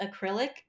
acrylic